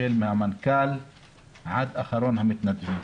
החל מן המנכ"ל ועד אחרון המתנדבים.